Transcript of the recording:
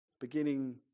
Beginning